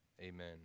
amen